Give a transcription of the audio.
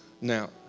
Now